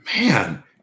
man